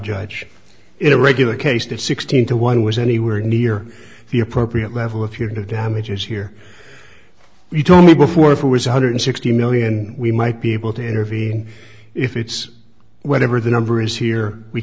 judge in a regular case that sixteen to one was anywhere near the appropriate level if your damages here you told me before if it was one hundred sixty million we might be able to intervene if it's whatever the number is here we